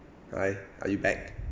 !oi! are you back